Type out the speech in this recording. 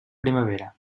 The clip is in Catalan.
primavera